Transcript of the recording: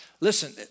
listen